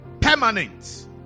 Permanent